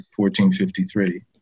1453